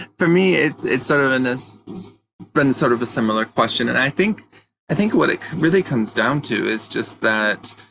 for me it's it's sort of and been sort of a similar question. and i think i think what it really comes down to is just that